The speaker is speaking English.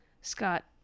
scott